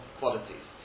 qualities